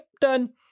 Done